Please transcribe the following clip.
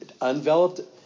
unveiled